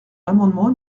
l’amendement